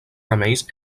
remeis